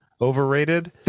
Overrated